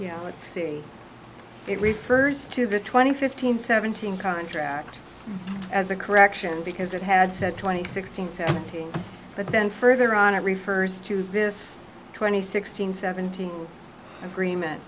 yeah let's see it refers to the twenty fifteen seventeen contract as a correction because it had said twenty sixteen seventeen but then further on it refers to this twenty sixteen seventeen agreement